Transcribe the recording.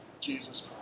Jesus